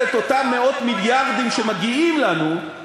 את אותם מאות מיליארדים שמגיעים לנו,